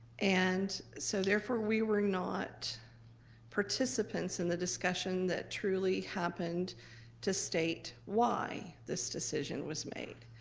and so therefore we were not participants in the discussion that truly happened to state why this decision was made.